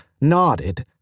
nodded